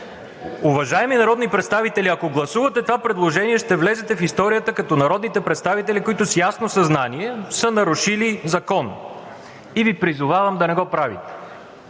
Уважаеми народни представители, ако гласувате това предложение, ще влезете в историята като народните представители, които с ясно съзнание са нарушили закон, и Ви призовавам да не го правите.